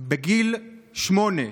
בגיל שמונה,